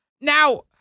Now